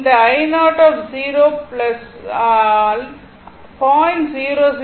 இந்த i 0 ஆல் 0 0